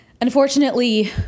unfortunately